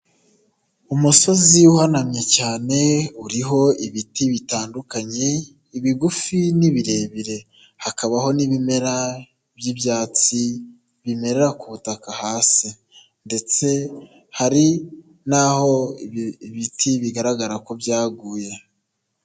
Umusozi uhanamye cyane uriho ibiti bitandukanye ibigufi n'ibirebire, hakabaho n'ibimera by'ibyatsi bimera ku butaka hasi ndetse hari n'aho ibiti bigaragara ko byaguye.